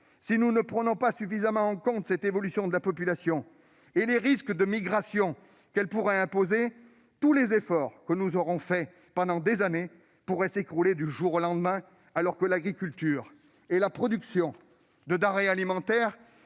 Si nous ne prenons pas suffisamment en compte cette évolution de la population et les risques de migration qu'elle pourrait imposer, le résultat de tous les efforts que nous aurons faits pendant des années pourrait s'écrouler du jour au lendemain, alors que l'agriculture et la production de denrées alimentaires